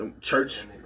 Church